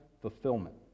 fulfillment